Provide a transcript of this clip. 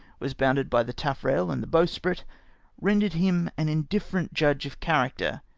was bounded by the taffrail and the bowsprit a rendered him an indifferent judge of character,